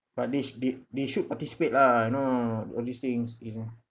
but this they they should participate lah you know all these things is